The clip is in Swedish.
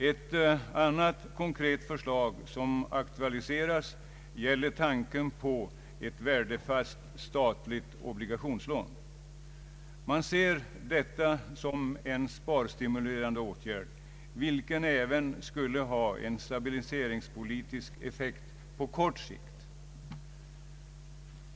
Ett annat konkret förslag som aktualiserats gäller tanken på ett värdefast statligt obligationslån. Man ser detta som en sparstimulerande åtgärd, vilken skulle ha en stabiliseringspolitisk effekt även på kort sikt.